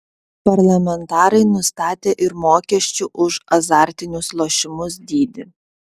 parlamentarai nustatė ir mokesčių už azartinius lošimus dydį